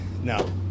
No